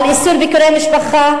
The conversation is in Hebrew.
על איסור ביקורי משפחה,